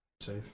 safe